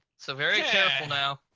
so very careful now.